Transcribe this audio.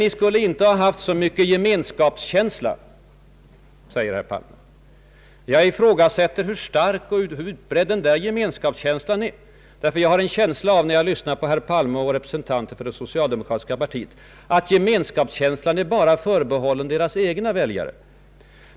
Vi skulle inte ha haft så mycket ”gemenskapskänsla”, säger herr Palme. Jag ifrågasätter hur stark och hur utbredd den där gemenskapskänslan är. När jag lyssnar på herr Palme och andra representanter för det socialdemokratiska partiet har jag nämligen en känsla av att gemenskapskänslan är förbehållen bara deras egna väljare.